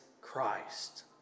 Christ